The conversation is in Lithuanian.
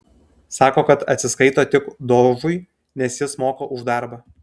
sako kad atsiskaito tik dožui nes jis moka už darbą